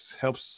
helps